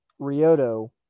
Ryoto